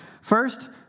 First